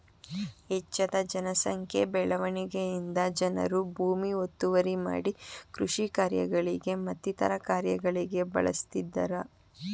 ಹೆಚ್ಜದ ಜನ ಸಂಖ್ಯೆ ಬೆಳವಣಿಗೆಯಿಂದ ಜನರು ಭೂಮಿ ಒತ್ತುವರಿ ಮಾಡಿ ಕೃಷಿ ಕಾರ್ಯಗಳಿಗೆ ಮತ್ತಿತರ ಕಾರ್ಯಗಳಿಗೆ ಬಳಸ್ತಿದ್ದರೆ